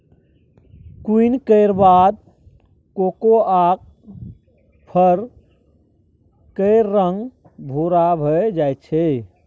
किण्वन केर बाद कोकोआक फर केर रंग भूरा भए जाइ छै